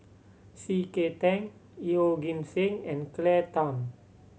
C K Tang Yeoh Ghim Seng and Claire Tham